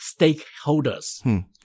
stakeholders